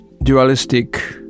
dualistic